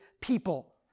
people